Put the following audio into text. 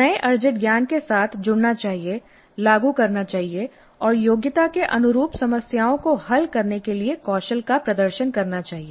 नए अर्जित ज्ञान के साथ जुड़ना चाहिए लागू करना चाहिए और योग्यता के अनुरूप समस्याओं को हल करने के लिए कौशल का प्रदर्शन करना चाहिए